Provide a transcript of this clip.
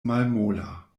malmola